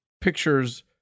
pictures